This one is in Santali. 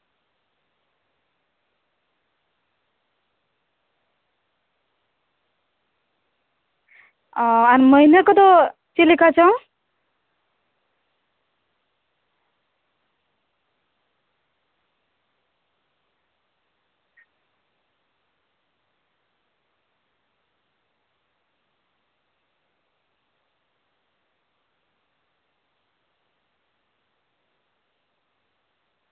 ᱟᱨ ᱢᱟᱹᱭᱱᱟᱹ ᱠᱚᱫᱚ ᱪᱮᱫᱞᱮᱠᱟ ᱪᱚᱝ